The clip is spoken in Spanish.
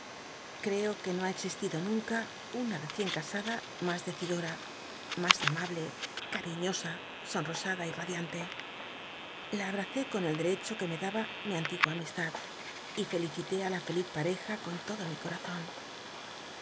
creo que no ha existido nunca una recién casada mas dccidora mas amable cariñosa sonrosada y radiante la abmcé con el derecho c ue me dalla mi antigua amistad y felicité i la feliz pa reja con lodo mi corazon